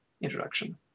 introduction